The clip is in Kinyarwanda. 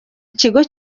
ikigo